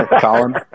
Colin